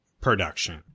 production